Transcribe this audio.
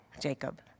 Jacob